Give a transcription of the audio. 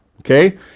Okay